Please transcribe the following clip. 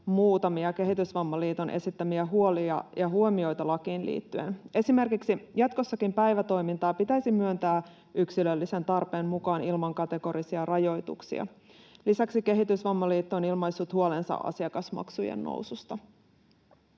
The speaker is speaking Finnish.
muutamia Kehitysvammaliiton esittämiä huolia ja huomioita lakiin liittyen. Esimerkiksi jatkossakin päivätoimintaa pitäisi myöntää yksilöllisen tarpeen mukaan ilman kategorisia rajoituksia. Lisäksi Kehitysvammaliitto on ilmaissut huolensa asiakasmaksujen noususta.